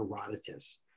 Herodotus